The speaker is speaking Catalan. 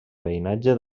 veïnatge